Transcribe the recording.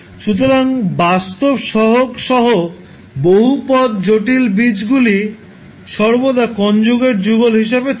সুতরাং বাস্তব সহগ সহ বহুপদ জটিল বীজগুলি সর্বদা কনজুগেট যুগল হিসেবে থাকে